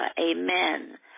amen